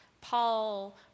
Paul